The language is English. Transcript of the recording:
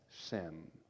sin